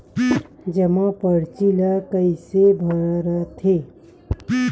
जमा परची ल कइसे भरथे?